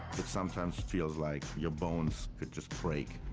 it sometimes feels like your bones could just break.